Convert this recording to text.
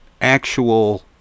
actual